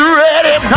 ready